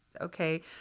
okay